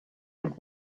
had